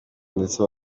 ndetse